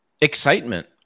Excitement